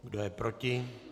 Kdo je proti?